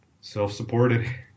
self-supported